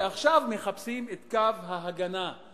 ועכשיו מחפשים את קו ההגנה,